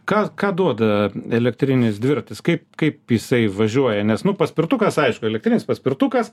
ką ką duoda elektrinis dviratis kaip kaip jisai važiuoja nes nu paspirtukas aišku elektrinis paspirtukas